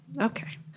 Okay